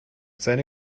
seine